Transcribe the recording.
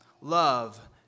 Love